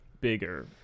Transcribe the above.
bigger